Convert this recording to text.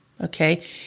Okay